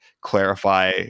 clarify